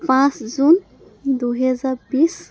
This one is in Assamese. পাঁচ জুন দুহেজাৰ বিছ